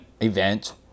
event